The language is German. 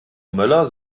möller